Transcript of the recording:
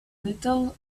little